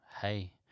hey